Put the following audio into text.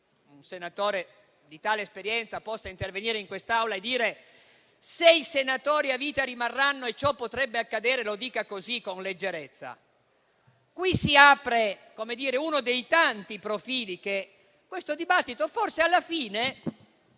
un senatore di tale esperienza possa intervenire in quest'Aula e dire «se i senatori a vita resteranno, cosa che potrebbe accadere», così, con leggerezza. Qui si apre uno dei tanti profili che questo dibattito forse alla fine,